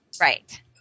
Right